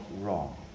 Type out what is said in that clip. wrong